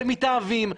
ומתאהבים,